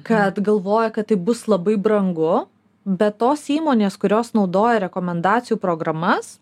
kad galvoja kad tai bus labai brangu bet tos įmonės kurios naudoja rekomendacijų programas